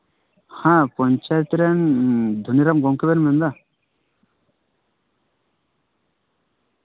ᱦᱮᱸ ᱯᱚᱧᱪᱟᱭᱮᱛ ᱨᱮᱱ ᱫᱷᱚᱱᱤᱨᱟᱢ ᱜᱚᱢᱠᱮ ᱵᱮᱱ ᱢᱮᱱ ᱮᱫᱟ